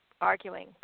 arguing